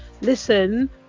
listen